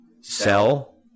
sell